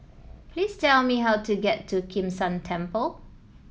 please tell me how to get to Kim San Temple